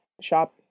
shop